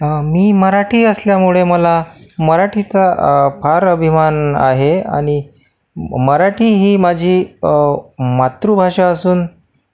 मी मराठी असल्यामुळे मला मराठीचा फार अभिमान आहे आणि मराठी ही माझी मातृभाषा असून